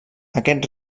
aquest